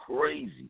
crazy